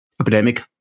epidemic